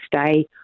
stay